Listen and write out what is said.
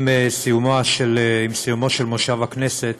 עם סיומו של מושב הכנסת,